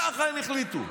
ככה הם החליטו.